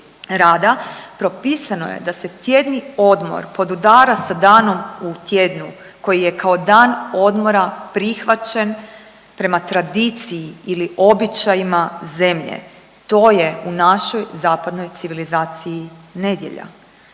propisano je da se tjedni odmor podudara sa danom u tjednu koji je kao dan odmora prihvaćen prema tradiciji ili običajima zemlje. To je u našoj zapadnoj civilizaciji nedjelja.